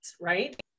right